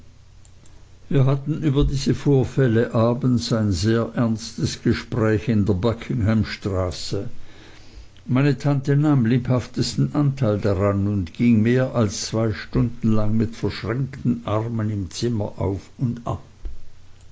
wir hatten über diese vorfälle abends ein sehr ernstes gespräch in der buckingham straße meine tante nahm lebhaftesten anteil daran und ging mehr als zwei stunden lang mit verschränkten armen im zimmer auf und ab